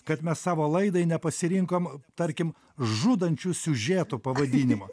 kad mes savo laidai nepasirinkom tarkim žudančių siužetų pavadinimo